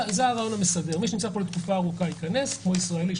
זה הרעיון המסדר: מי שנמצא פה לתקופה ארוכה ייכנס כמו ישראלי,